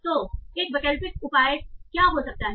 तो एक वैकल्पिक उपाय क्या हो सकता है